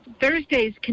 Thursdays